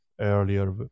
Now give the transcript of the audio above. earlier